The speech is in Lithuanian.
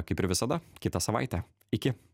kaip ir visada kitą savaitę iki